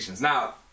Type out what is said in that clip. now